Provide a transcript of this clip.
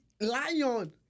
lion